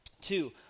two